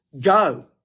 go